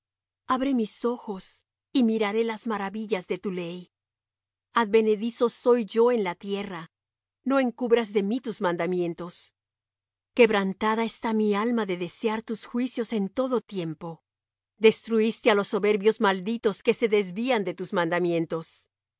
abre mis ojos y miraré las maravillas de tu ley advenedizo soy yo en la tierra no encubras de mí tus mandamientos quebrantada está mi alma de desear tus juicios en todo tiempo destruiste á los soberbios malditos que se desvían de tus mandamientos